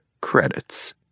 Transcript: Credits